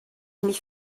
mich